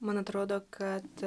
man atrodo kad